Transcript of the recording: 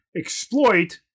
exploit